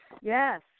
yes